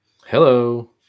Hello